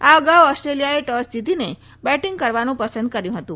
આ અગાઉ ઓસ્ટેલિયાએ ટોસ જીતીને બેટીંગ કરવાનું પસંદ કરયું હતું